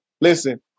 listen